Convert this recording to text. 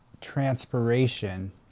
transpiration